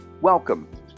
Welcome